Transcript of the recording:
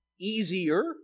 easier